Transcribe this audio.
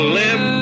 live